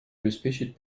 обеспечить